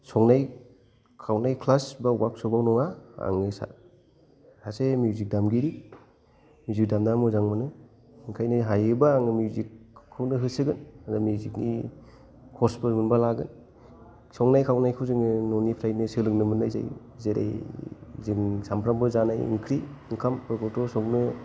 संनाय खावनाय क्लास बा वार्कशप आव नङा आङो सासे मिउजिक दामगिरि मिउजिक दामना मोजां मोनो ओंंखायनो हायोबा आङो मिउजिक खौनो होसोगोन आरो मिउजिक नि कर्स फोर मोनोबा लागोन संनाय खावनायखौ जोङो न'निफ्रायनो सोलोंनो मोन्नाय जायो जेरै जों सामफ्रामबो जानाय ओंख्रि ओंखामफोरखौथ' संनो